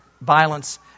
violence